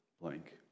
blank